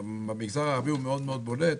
במגזר הערבי הוא מאוד מאוד בולט,